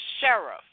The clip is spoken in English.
sheriff